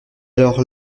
alors